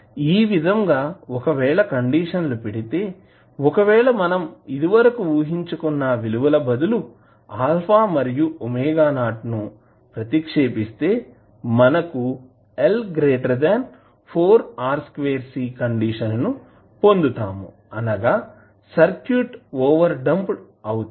ఈ విధంగా ఒకవేళ కండిషన్లు పెడితే ఒకవేళ మనం ఇది వరకు ఊహించుకున్న విలువలు బదులు α మరియు ⍵0 ను ప్రతిక్షేపిస్తే మనం L4R2C కండిషన్ ను పొందుతాము అనగా సర్క్యూట్ ఓవర్ డాంప్డ్ అవుతుంది